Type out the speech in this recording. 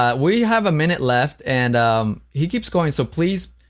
ah we have a minute left and he keeps going so, please,